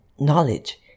knowledge